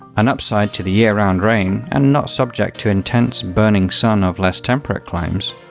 an upside to the year round rain, and not subject to intense, burning sun of less temperate climes,